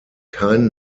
kein